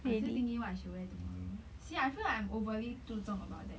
I'm still thinking what I should wear tomorrow see I feel I'm overly 注重 about that